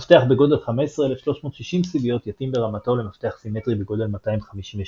מפתח בגודל 15,360 סיביות יתאים ברמתו למפתח סימטרי בגודל 256 סיביות.